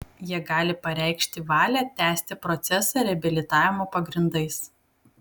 jie gali pareikšti valią tęsti procesą reabilitavimo pagrindais